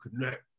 connect